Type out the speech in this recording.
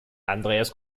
andreas